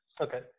Okay